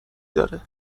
داره